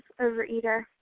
overeater